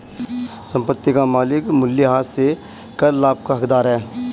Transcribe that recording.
संपत्ति का मालिक मूल्यह्रास से कर लाभ का हकदार है